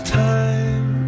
time